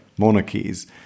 monarchies